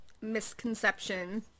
misconception